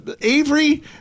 Avery